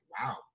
wow